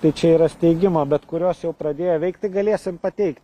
tai čia yra steigimo bet kurios jau pradėjo veikt tai galės ir pateikt